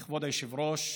כבוד היושב-ראש,